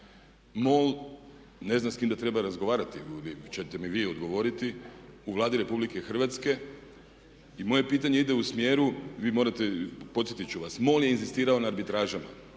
MOL ne zna s kim treba razgovarati, to ćete mi vi odgovoriti, u Vladi RH. I moje pitanje ide u smjeru, podsjetiti ću vas, MOL je inzistirao na arbitražama.